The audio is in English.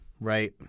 right